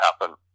happen